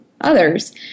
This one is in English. others